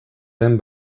den